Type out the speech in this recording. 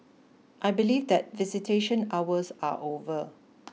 I believe that visitation hours are over